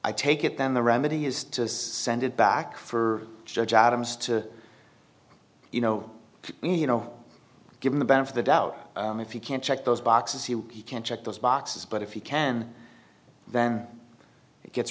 i take it then the remedy is to send it back for judge adams to you know you know given the back of the doubt if you can check those boxes you can check those boxes but if you can then it gets